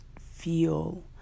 feel